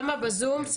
בזום.